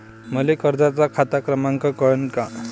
मले कर्जाचा खात क्रमांक कळन का?